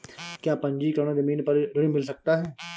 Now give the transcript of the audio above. क्या पंजीकरण ज़मीन पर ऋण मिल सकता है?